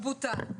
הוא בוטל.